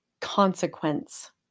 consequence